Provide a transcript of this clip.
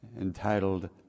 entitled